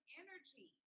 energy